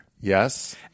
Yes